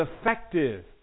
effective